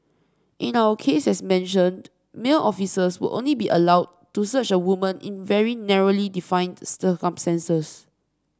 in our case as mentioned male officers will only be allowed to search a woman in very narrowly defined circumstances